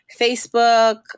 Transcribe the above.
Facebook